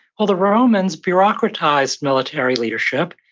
the romans bureaucratized military leadership.